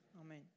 Amen